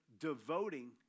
devoting